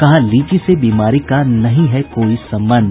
कहा लीची से बीमारी का नहीं है कोई संबंध